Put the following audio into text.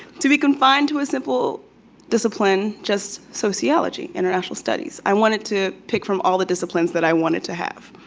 to be confined to a simple discipline, just sociology, international studies. i wanted to pick from all the disciplines that i wanted to have.